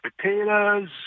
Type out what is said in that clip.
potatoes